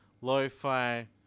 lo-fi